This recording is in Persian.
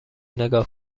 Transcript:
نگاه